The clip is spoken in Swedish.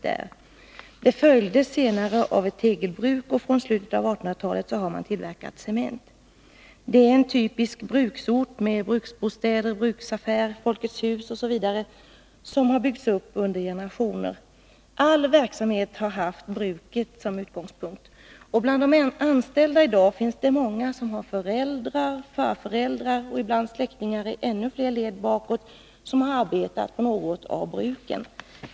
Detta följdes senare av ett tegelbruk, och från slutet av 1800-talet har man tillverkat cement. Det är en typisk bruksort med bruksbostäder, bruksaffär, Folkets hus m.m. som har byggts upp under generationer. All verksamhet har haft bruket som utgångspunkt. Bland de anställda i dag finns det många som har föräldrar, farföräldrar och ibland släktingar i ännu fler led bakåt som har arbetat på något av bruken.